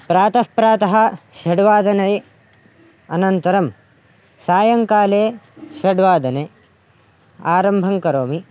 प्रातःप्रातः षड्वादने अनन्तरं सायङ्काले षड्वादने आरम्भङ्करोमि